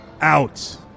out